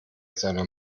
seiner